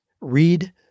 READ